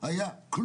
לא היה כלום,